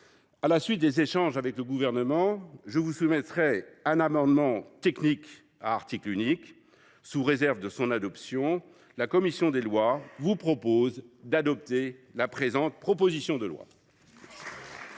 À la suite d’échanges avec le Gouvernement, je vous soumettrai un amendement technique sur l’article unique. Sous réserve de son adoption, la commission des lois vous propose de voter la présente proposition de loi.